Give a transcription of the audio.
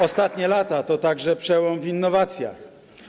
Ostatnie lata to także przełom w innowacjach.